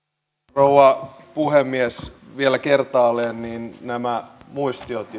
rouva puhemies vielä kertaalleen nämä muistiot